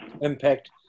impact